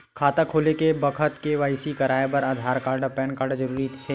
खाता खोले के बखत के.वाइ.सी कराये बर आधार कार्ड अउ पैन कार्ड जरुरी रहिथे